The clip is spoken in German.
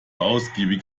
ausgiebig